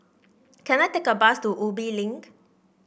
can I take a bus to Ubi Link